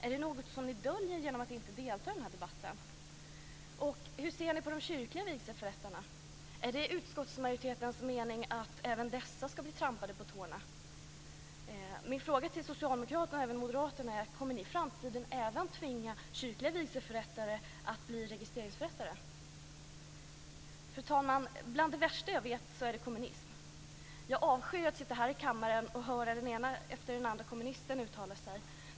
Är det något som ni döljer genom att ni inte deltar i den här debatten? Hur ser ni på de kyrkliga vigselförrättarna? Är det utskottsmajoritetens mening att även dessa ska bli trampade på tårna? Min fråga till socialdemokraterna och också till moderaterna är: Kommer ni i framtiden att tvinga även kyrkliga vigselförrättare att bli registreringsförrättare? Fru talman! Bland det värsta jag vet är kommunism. Jag avskyr att sitta här i kammaren och höra den ena efter den andra kommunisten uttala sig.